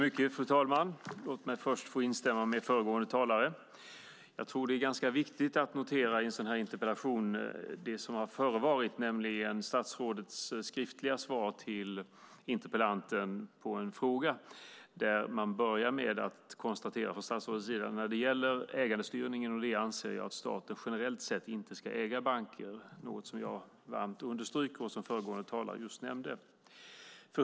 Fru talman! Låt mig först få instämma med föregående talare. Jag tror att det är ganska viktigt att i en sådan här interpellationsdebatt notera det som har förevarit, nämligen statsrådets skriftliga svar till interpellanten på en fråga. Där började statsrådet med att konstatera: När det gäller ägandestyrningen i Nordea anser jag att staten generellt sett inte ska äga banker. Det är något som jag varmt understryker, och som föregående talare nyss nämnde.